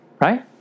Right